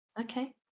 okay